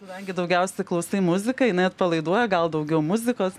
kadangi daugiausiai klausai muziką jinai atpalaiduoja gal daugiau muzikos